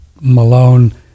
Malone